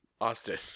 Austin